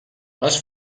les